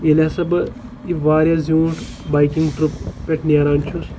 ییٚلہِ ہسا بہٕ یہِ وارِیاہ زیوٗٹھ بایکِنٛگ ٹٕرٛپ پٮ۪ٹھ نیران چھُس